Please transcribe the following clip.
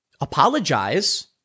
apologize